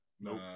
Nope